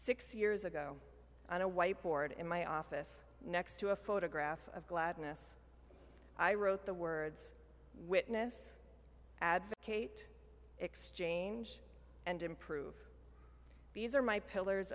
six years ago on a whiteboard in my office next to a photograph of gladness i wrote the words witness advocate exchange and improve these are my pillars